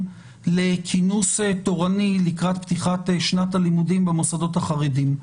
לכינוס תורני לקראת פתיחת שנת הלימודים במוסדות החרדיים.